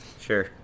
Sure